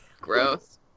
Gross